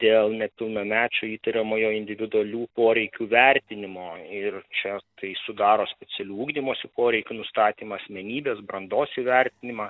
dėl nepilnamečio įtariamojo individualių poreikių vertinimo ir čia tai sudaro specialių ugdymosi poreikių nustatymą asmenybės brandos įvertinimą